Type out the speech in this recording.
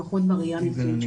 לפחות בראייה שלנו.